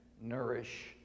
nourish